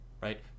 Right